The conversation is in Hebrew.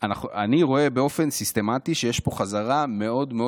אני רואה באופן סיסטמטי שיש פה חזרה מאוד מאוד